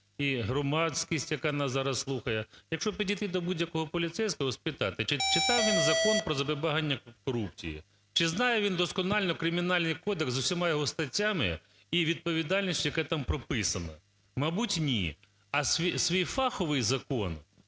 і громадськість, яка нас зараз слухає. Якщо підійти до будь-якого поліцейського і спитати, читав він Закон про запобігання корупції, чи знає він досконально Кримінальний кодекс з усіма його статтями і відповідальність, яка там прописана. Мабуть, ні. А свій фаховий закон